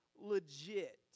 legit